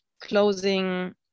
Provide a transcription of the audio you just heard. closing